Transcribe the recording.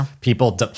people